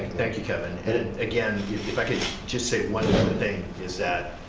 thank you, kevin. and again if i could just say one more thing is that